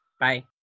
Bye